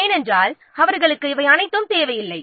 ஏனென்றால் அவர்களுக்கு இவை அனைத்தும் தேவையில்லை